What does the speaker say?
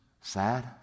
sad